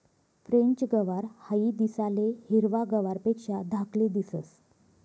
French गवार हाई दिसाले हिरवा गवारपेक्षा धाकली दिसंस